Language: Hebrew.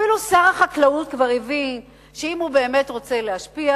אפילו שר החקלאות כבר הבין שאם הוא באמת רוצה להשפיע,